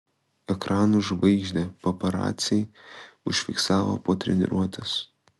ekranų žvaigždę paparaciai užfiksavo po treniruotės